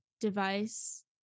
device